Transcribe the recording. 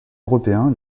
européens